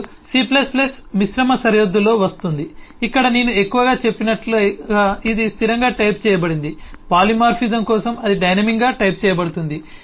మరియు C మిశ్రమ సరిహద్దులో వస్తుంది ఇక్కడ నేను ఎక్కువగా చెప్పినట్లుగా ఇది స్థిరంగా టైప్ చేయబడింది పాలిమార్ఫిజం కోసం అది డైనమిక్గా టైప్ చేయబడుతుంది